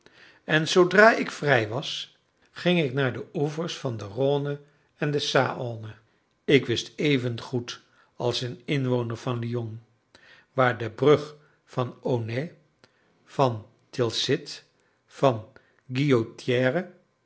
en zoodra ik vrij was ging ik naar de oevers van de rhône en de saône ik wist evengoed als een inwoner van lyon waar de brug van aunay van tilsitt van